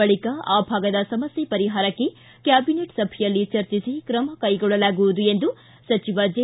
ಬಳಿಕ ಈ ಭಾಗದ ಸಮಸ್ಕೆ ಪರಿಹಾರಕ್ಕೆ ಕ್ಯಾಬಿನೆಟ್ ಸಭೆಯಲ್ಲಿ ಚರ್ಚಿಸಿ ಕ್ರಮ ಕೈಗೊಳ್ಳಲಾಗುವುದು ಎಂದು ಸಚಿವ ಜೆ